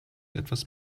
etwas